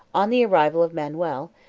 on the arrival of manuel,